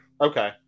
Okay